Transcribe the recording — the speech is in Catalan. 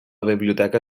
biblioteca